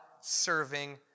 serving